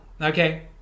okay